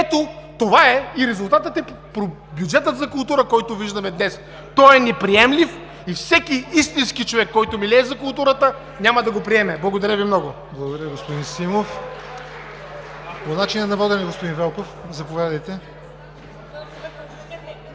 Ето това е – резултатът е бюджетът за култура, който виждаме днес. Той е неприемлив и всеки истински човек, който милее за културата, няма да го приеме. Благодаря Ви много. ПРЕДСЕДАТЕЛ ЯВОР НОТЕВ: Благодаря, господин Симов. По начина на водене, господин Велков, заповядайте.